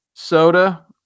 Soda